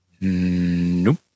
Nope